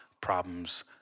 problems